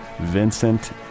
Vincent